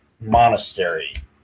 monastery